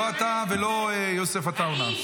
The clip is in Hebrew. לא אתה ולא יוסף עטאונה.